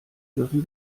dürfen